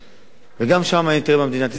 גם שם, תראה מה מדינת ישראל עושה.